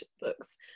books